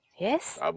Yes